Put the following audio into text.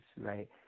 right